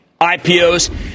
IPOs